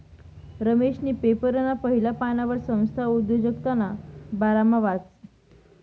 रमेशनी पेपरना पहिला पानवर संस्था उद्योजकताना बारामा वाचं